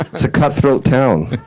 it's a cutthroat town.